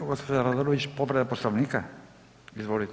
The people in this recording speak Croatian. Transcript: Gospođa Radolović povreda Poslovnika, izvolite.